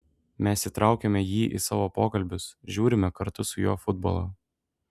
mes įtraukiame jį į savo pokalbius žiūrime kartu su juo futbolą